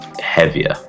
heavier